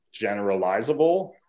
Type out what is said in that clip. generalizable